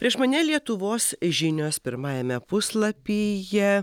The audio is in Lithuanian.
prieš mane lietuvos žinios pirmajame puslapyje